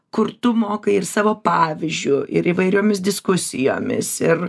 kur tu mokai ir savo pavyzdžiu ir įvairiomis diskusijomis ir